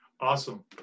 Awesome